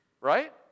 Right